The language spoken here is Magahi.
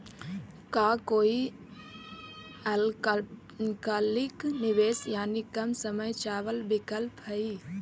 का कोई अल्पकालिक निवेश यानी कम समय चावल विकल्प हई?